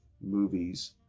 movies